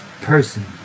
person